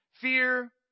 Fear